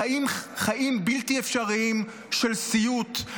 חיים חיים בלתי אפשריים של סיוט,